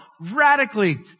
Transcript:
radically